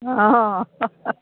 অঁ